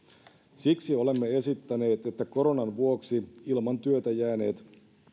siksi olemme esittäneet että koronan vuoksi ilman työtä jääneet